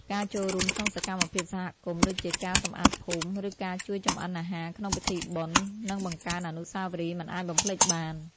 ការចូលរួមក្នុងសកម្មភាពសហគមន៍ ដូចជាការសម្អាតភូមិ ឬការជួយចម្អិនអាហារក្នុងពិធីបុណ្យ នឹងបង្កើតអនុស្សាវរីយ៍មិនអាចបំភ្លេចបាន។